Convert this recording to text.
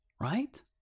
right